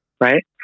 right